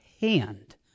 Hand